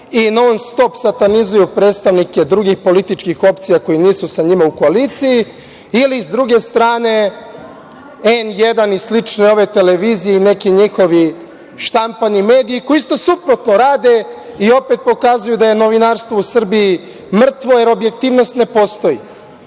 i non stop satanizuju predstavnike drugih političkih opcija koje nisu sa njima u koaliciji ili, sa druge strane, N1 i slične televizije i neki njihovi štampani mediji koji isto suprotno rade i opet pokazuju da je novinarstvo u Srbiji mrtvo jer objektivnost ne postoji? Onda